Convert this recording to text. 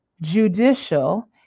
judicial